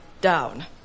down